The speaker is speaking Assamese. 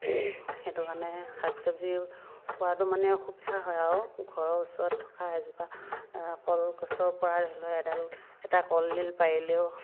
সেইটো কাৰণে শাক চবজিও খোৱাটো মানে অসুবিধা হয় আৰু ঘৰৰ ওচৰত থকা এজোপা কলগছৰ পৰা ধৰি লওক এডাল এটা কলদিল পাৰিলেও